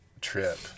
trip